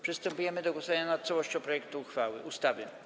Przystępujemy do głosowania nad całością projektu ustawy.